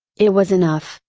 it was enough,